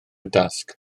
dasg